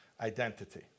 identity